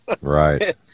Right